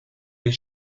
est